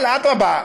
אדרבה,